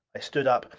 i stood up.